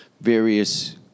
various